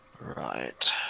Right